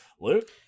Luke